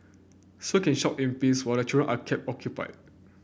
so you can shop in peace while the children are kept occupied